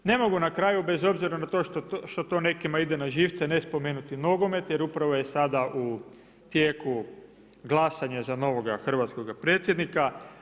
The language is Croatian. Ne mogu na kraju bez obzira na to što to nekima ide na živce ne spomenuti nogomet jer upravo je sada u tijeku glasanje za novoga hrvatskoga predsjednika.